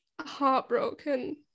heartbroken